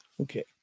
Okay